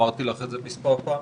אמרתי לך את זה מספר פעמים.